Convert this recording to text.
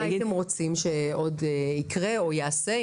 מה הייתם רוצים שעוד יקרה או ייעשה?